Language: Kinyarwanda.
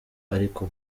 ariko